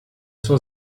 zur